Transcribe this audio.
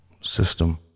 system